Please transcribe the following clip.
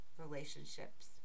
relationships